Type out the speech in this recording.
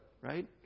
right